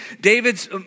David's